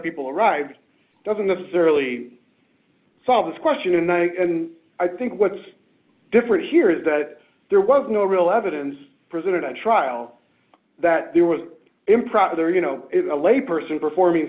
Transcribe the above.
people arrived doesn't necessarily solve this question tonight and i think what's different here is that there was no real evidence presented at trial that there was improper you know a layperson performing